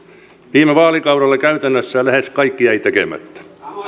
viime vaalikaudella käytännössä lähes kaikki jäi tekemättä